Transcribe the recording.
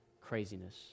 craziness